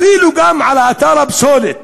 אפילו גם על אתר הפסולת